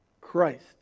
Christ